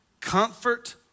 comfort